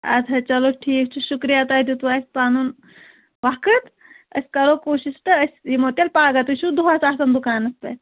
اَدٕ حظ چلو ٹھیٖک چھُ شُکریہ تۄہہِ دِتوٕ اَسہِ پَنُن وقت أسۍ کَرو کوٗشِش تہٕ أسۍ یِمو تیٚلہِ پَگاہ تُہۍ چھُو دۄہَس آسان دُکانَس پٮ۪ٹھ